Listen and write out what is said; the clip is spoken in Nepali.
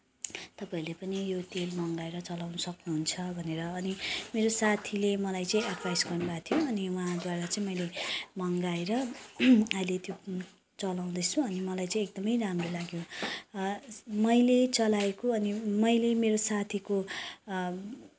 तपाईँहरूले पनि यो तेल मँगाएर चलाउन सक्नुहुन्छ भनेर अनि मेरो साथीले मलाई चाहिँ एडभाइस गर्नुभएको थियो उहाँद्वारा चाहिँ मैले मँगाएर अहिले त्यो चलाउँदैछु अनि मलाई चाहिँ एकदमै राम्रो लाग्यो मैले चलाएको अनि मैले मेरो साथीको